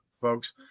folks